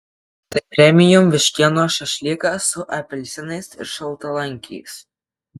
tai premium vištienos šašlykas su apelsinais ir šaltalankiais